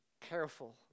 careful